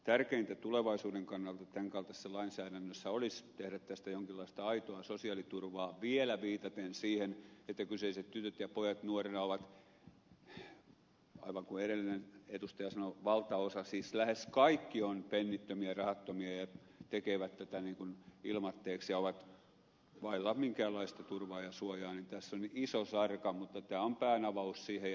tärkeintä tulevaisuuden kannalta tämän kaltaisessa lainsäädännössä olisi tehdä tästä jonkinlaista aitoa sosiaaliturvaa vielä viitaten siihen että kyseiset tytöt ja pojat nuorina aivan kuten edellinen edustaja sanoi valtaosa heistä siis lähes kaikki ovat pennittömiä rahattomia tekevät tätä ilmaiseksi ja ovat vailla minkäänlaista turvaa ja suojaa niin tässä on iso sarka mutta tämä on päänavaus siihen